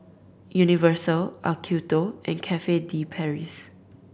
Universal Acuto and Cafe De Paris